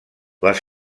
les